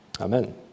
Amen